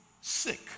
sick